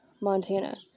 Montana